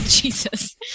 Jesus